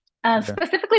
Specifically